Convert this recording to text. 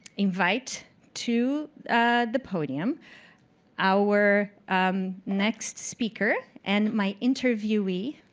invite to the podium our next speaker and my interviewee,